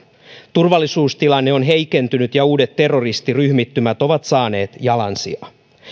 turvallisuustilanne on heikentynyt ja uudet terroristiryhmittymät ovat saaneet jalansijaa